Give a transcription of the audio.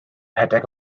rhedeg